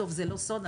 זה לא סוד,